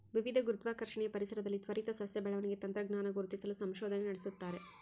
ವಿವಿಧ ಗುರುತ್ವಾಕರ್ಷಣೆಯ ಪರಿಸರದಲ್ಲಿ ತ್ವರಿತ ಸಸ್ಯ ಬೆಳವಣಿಗೆ ತಂತ್ರಜ್ಞಾನ ಗುರುತಿಸಲು ಸಂಶೋಧನೆ ನಡೆಸ್ತಾರೆ